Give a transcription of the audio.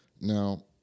Now